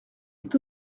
est